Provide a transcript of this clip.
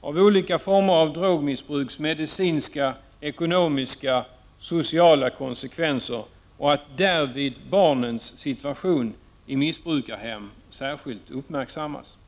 av olika former av drogmissbruks medicinska, ekonomiska och sociala konsekvenser och att barnens situation i ett missbrukarhem därvid särskilt uppmärksammas.